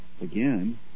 again